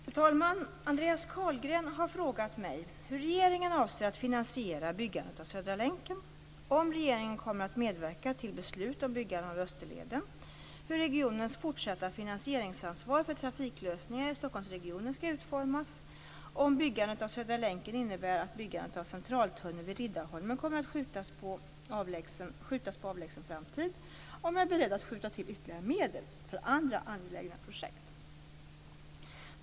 Fru talman! Andreas Carlgren har frågat mig hur regeringen avser att finansiera byggandet av Södra länken, om regeringen kommer att medverka till beslut om byggande av Österleden, hur regionens fortsatta finansieringsansvar för trafiklösningar i Stockholmsregionen skall utformas, om byggandet av Södra länken innebär att byggandet av centraltunnel vid Riddarholmen kommer att skjutas på avlägsen framtid, om jag är beredd att skjuta till ytterligare medel för andra angelägna projekt.